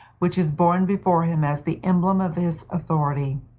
which is borne before him as the emblem of his authority.